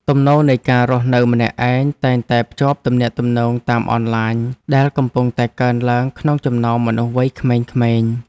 ទំនោរនៃការរស់នៅម្នាក់ឯងតែងតែភ្ជាប់ទំនាក់ទំនងតាមអនឡាញដែលកំពុងតែកើនឡើងក្នុងចំណោមមនុស្សវ័យក្មេងៗ។